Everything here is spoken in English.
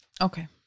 Okay